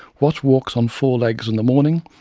what walks on four legs in the morning,